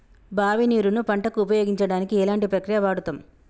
బావి నీరు ను పంట కు ఉపయోగించడానికి ఎలాంటి ప్రక్రియ వాడుతం?